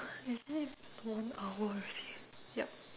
is it one hour already yup